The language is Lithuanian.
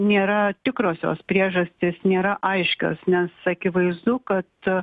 nėra tikrosios priežastys nėra aiškios nes akivaizdu kad